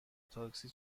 تاکسی